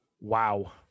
Wow